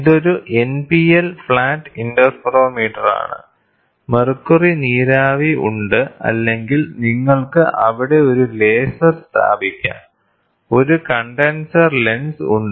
ഇതൊരു NPL flat ഇന്റർഫെറോമീറ്ററാണ് mercury നീരാവി ഉണ്ട് അല്ലെങ്കിൽ നിങ്ങൾക്ക് അവിടെ ഒരു ലേസർ സ്ഥാപിക്കാം ഒരു കണ്ടൻസർ ലെൻസ് ഉണ്ട്